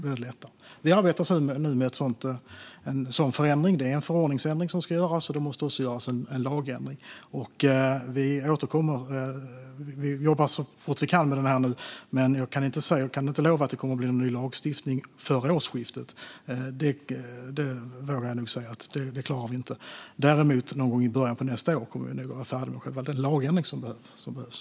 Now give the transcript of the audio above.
Det arbetas nu med en sådan förändring. Det är en förordningsändring som ska göras, och det måste göras en lagändring. Vi återkommer. Vi jobbar så fort vi kan. Men jag kan inte lova att det kommer en ny lagstiftning före årsskiftet. Det vågar jag nog säga att vi inte klarar. Däremot kommer vi nog någon gång i början av nästa år att vara färdiga med själva lagändringen som behövs.